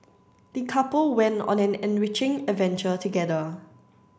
the couple went on an enriching adventure together